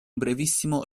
brevissimo